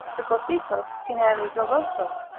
suppositos cineri doloso,